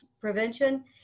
Prevention